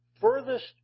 furthest